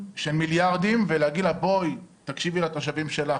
של מיליארדים ולהגיד לה בואי תקשיבי לתושבים שלך.